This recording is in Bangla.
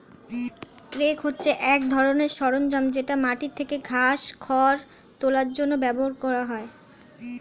রেক হচ্ছে এক ধরনের সরঞ্জাম যেটা মাটি থেকে ঘাস, খড় তোলার জন্য ব্যবহার করা হয়